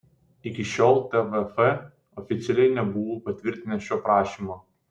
iki šiol tvf oficialiai nebuvo patvirtinęs šio prašymo